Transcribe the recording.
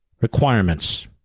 requirements